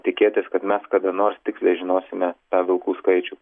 tikėtis kad mes kada nors tiksliai žinosime tą vilkų skaičių